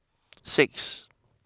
six